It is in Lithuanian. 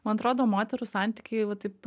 man atrodo moterų santykiai va taip